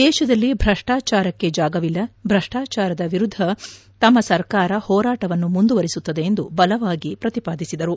ದೇಶದಲ್ಲಿ ಭ್ರಷ್ಟಾಚಾರಕ್ಕೆ ಜಾಗವಿಲ್ಲ ಭ್ರಷ್ಟಾಚಾರದ ವಿರುದ್ದ ತಮ್ಮ ಸರ್ಕಾರ ಹೋರಾಟವನ್ನು ಮುಂದುವರಿಸುತ್ತದೆ ಎಂದು ಬಲವಾಗಿ ಪ್ರತಿಪಾದಿಸಿದರು